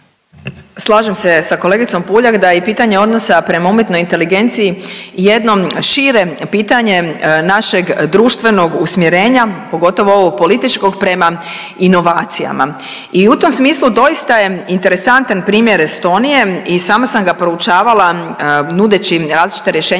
Slažem se i sa kolegicom Puljak da je pitanje odnosa prema umjetnoj inteligencije jedno šire pitanje našeg društvenog usmjerenja, pogotovo ovog političkog prema inovacijama. I u tom smislu doista je interesantan primjer Estonije i sama sam ga proučavala nudeći različita rješenja